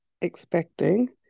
expecting